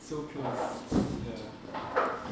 so close ya